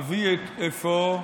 אביא, אפוא,